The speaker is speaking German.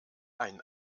ein